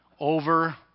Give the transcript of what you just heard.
over